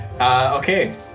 Okay